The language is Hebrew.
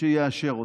שיאשר אותה,